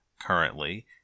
currently